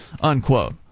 unquote